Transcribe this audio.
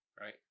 right